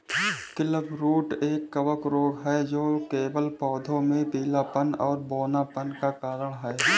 clubroot एक कवक रोग है जो केवल पौधों में पीलापन और बौनापन का कारण है